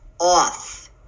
off